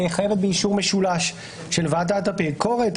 חייבת באישור משולש של ועדת הביקורת,